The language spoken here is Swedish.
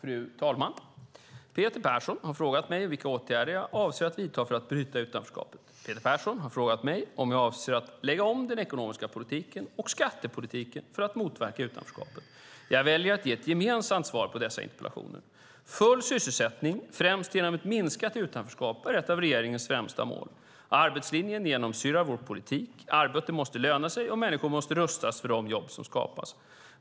Fru talman! Peter Persson har frågat mig vilka åtgärder jag avser att vidta för att bryta utanförskapet. Peter Persson har också frågat mig om jag avser att lägga om den ekonomiska politiken och skattepolitiken för att motverka utanförskapet. Jag väljer att ge ett gemensamt svar på dessa interpellationer. Full sysselsättning främst genom ett minskat utanförskap är ett av regeringens främsta mål. Arbetslinjen genomsyrar vår politik, arbete måste löna sig och människor måste rustas för de jobb som skapas.